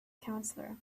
counselor